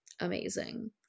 amazing